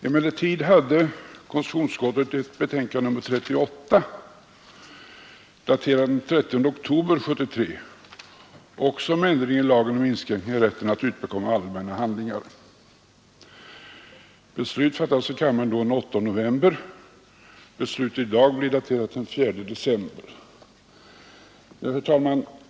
Emellertid hade konstitutionsutskottet ett betänkande nr 38, daterat den 30 oktober 1973, också om ändring i lagen om inskränkningar i rätten att utbekomma allmänna handlingar. Beslut fattades i kammaren den 8 november, beslutet i dag blir daterat den 4 december. Herr talman!